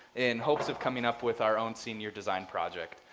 in hopes of coming up with our own senior design project,